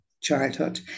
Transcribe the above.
childhood